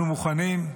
אנחנו מוכנים,